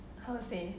how to say